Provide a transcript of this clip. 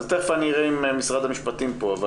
תיכף אני אראה אם משרד המשפטים פה.